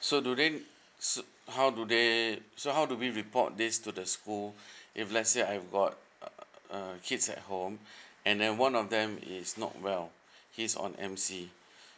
so do they so~ how do they so how do we report this to the school if let's say I have got kids at home and then one of them is not well he's on M_C